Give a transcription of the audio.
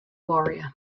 warrior